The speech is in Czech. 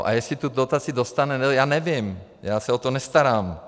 A jestli tu dotaci dostane, já nevím, já se o to nestarám.